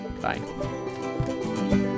Bye